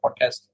podcast